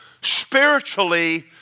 spiritually